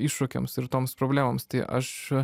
iššūkiams ir toms problemoms tai aš